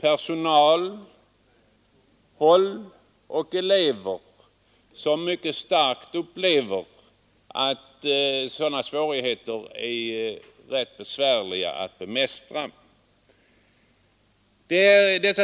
personal och elever upplever mycket starkt dessa problem.